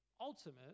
ultimate